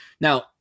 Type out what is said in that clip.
Now